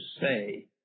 say